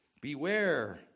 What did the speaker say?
Beware